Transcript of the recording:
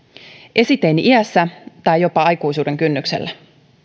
esiteini iässä tai jopa aikuisuuden kynnyksellä